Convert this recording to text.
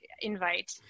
invite